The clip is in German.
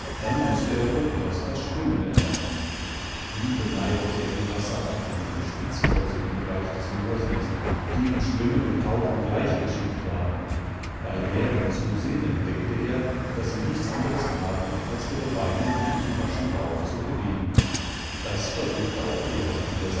dann mußte er wohl erst das schwimmen erlernen wie beneidete er die wasserratten und spitzmäuse im bereich des moorsees die im schwimmen und tauchen gleich geschickt waren bei näherem zusehen entdeckte er daß sie nichts anderes taten als ihre beine wie im raschen lauf zu bewegen das versuchte auch er in der